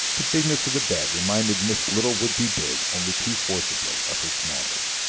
the bigness of the bed reminded miss little-would-be-big only too forcibly of her smallness.